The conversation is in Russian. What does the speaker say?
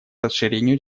расширению